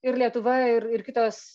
ir lietuva ir ir kitos